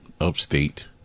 Upstate